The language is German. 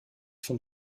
von